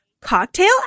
cocktail